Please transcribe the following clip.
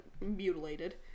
mutilated